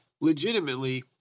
legitimately